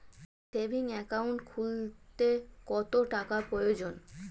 Savings account খুলতে কত টাকার প্রয়োজন?